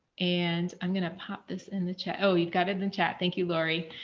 and i'm going to pop this in the chat. oh, you've got it in chat. thank you, lori.